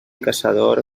caçador